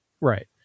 Right